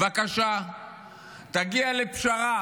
בבקשה תגיע לפשרה